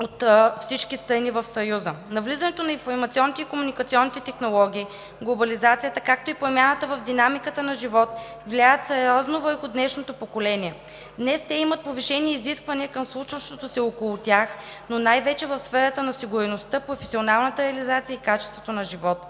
от всички страни в Съюза. Навлизането на информационните и комуникационните технологии, глобализацията, както и промяната в динамиката на живот, влияят сериозно върху днешното поколение. Днес те имат повишени изисквания към случващото се около тях, но най-вече в сферата на сигурността, професионалната реализация и качеството на живот.